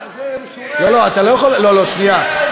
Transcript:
מה, זה משונה, לא, שנייה.